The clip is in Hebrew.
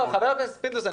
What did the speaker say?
חבר הכנסת פינדרוס,